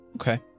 okay